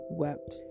wept